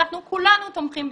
וכולנו תומכים בזה.